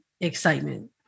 excitement